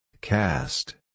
Cast